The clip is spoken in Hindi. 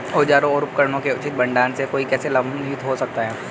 औजारों और उपकरणों के उचित भंडारण से कोई कैसे लाभान्वित हो सकता है?